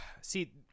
see